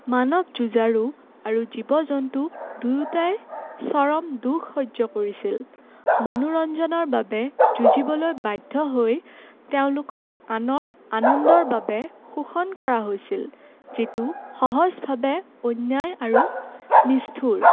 মানৱ যুঁজাৰু আৰু জীৱ জন্তু দুয়োটাই চৰম দুখ সহ্য কৰিছিল মনোৰঞ্জনৰ বাবে যুঁজিবলৈ বাধ্য হৈ তেওঁলোকক আনৰ আনন্দৰ বাবে শোষণ কৰা হৈছিল যিটো সহজভাৱে অন্যায় আৰু নিষ্ঠুৰ